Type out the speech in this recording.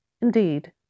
Indeed